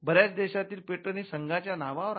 बऱ्याच देशातील पेटंट हे संघाच्या नावावर आहेत